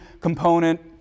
component